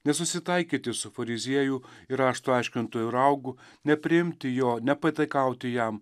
nesusitaikyti su fariziejų ir rašto aiškintojų raugu nepriimti jo nepataikauti jam